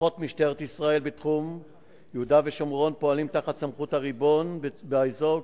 כוחות משטרת ישראל בתחום יהודה ושומרון פועלים תחת סמכות הריבון באזור,